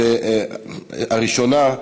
הראשונה,